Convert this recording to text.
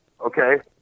okay